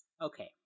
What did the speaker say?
Okay